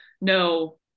no